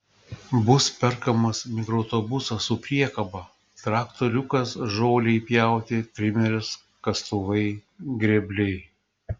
bus perkamas mikroautobusas su priekaba traktoriukas žolei pjauti trimeris kastuvai grėbliai